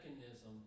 mechanism